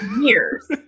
Years